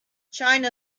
china